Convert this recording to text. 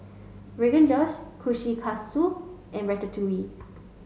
Rogan Josh Kushikatsu and Ratatouille